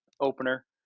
opener